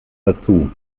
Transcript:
dazu